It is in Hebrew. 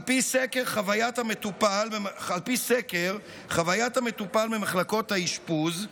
על פי סקר חוויית המטופל במחלקות האשפוז,